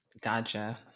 Gotcha